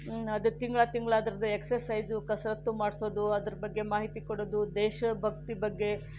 ಅದು ತಿಂಗಳು ತಿಂಗಳು ಅದರದ್ದು ಎಕ್ಸಸೈಸ್ ಕಸರತ್ತು ಮಾಡಿಸೋದು ಅದರ ಬಗ್ಗೆ ಮಾಹಿತಿ ಕೊಡೋದು ದೇಶಭಕ್ತಿ ಬಗ್ಗೆ